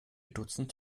dutzend